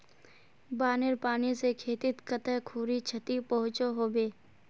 बानेर पानी से खेतीत कते खुरी क्षति पहुँचो होबे?